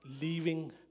leaving